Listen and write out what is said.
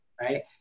right